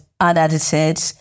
unedited